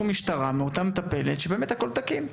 משטרה מאותה מטפלת שבאמת הכול תקין.